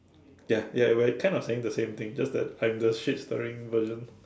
ya ya we cannot saying the same thing just that I'm the shit stirring version